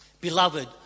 Beloved